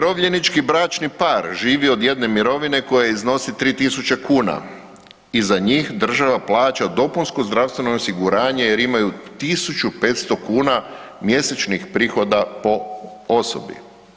Umirovljenički bračni par živi od jedne mirovine koja iznosi 3000 kuna i za njih država plaća dopunsko zdravstveno osiguranje jer imaju 1500 kuna mjesečnih prihoda po osobi.